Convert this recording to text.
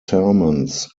sermons